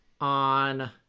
on